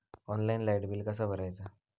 Online light bill कसा भरायचा?